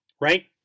Right